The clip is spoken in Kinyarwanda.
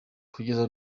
kugeza